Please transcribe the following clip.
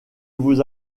vous